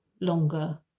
longer